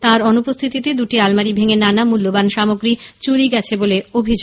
তাঁর অনুপস্থিতিতে দুটি আলমাড়ি ভেঙে নানা মূল্যবান সামগ্রী চুরি করা হয়েছে বলে অভিযোগ